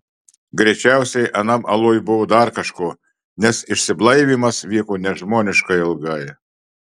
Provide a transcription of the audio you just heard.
greičiausiai anam aluj buvo dar kažko nes išsiblaivymas vyko nežmoniškai ilgai